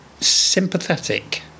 sympathetic